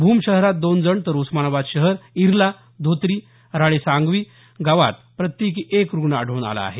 भूम शहरात दोन जण तर उस्मानाबाद शहर इर्ला धोत्री राळे सांगवी गावात प्रत्येकी एक रुग्ण आढळून आला आहे